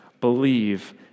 believe